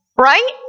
right